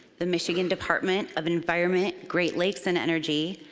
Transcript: the michigan department of environment, great lakes, and energy,